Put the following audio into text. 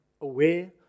aware